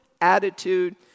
attitude